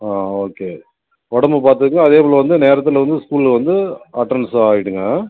ஆ okay உடம்ப பார்த்துக்குங்க அதே போல வந்து நேரத்தில் வந்து ஸ்கூலில் வந்து அட்டனன்ஸும் ஆகிடுங்க